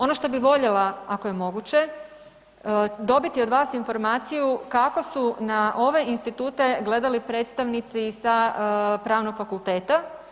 Ono što bi voljela ako je moguće dobiti od vas informaciju kako su na ove institute gledali predstavnici sa pravnog fakulteta?